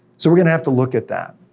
so we're gonna have to look at that.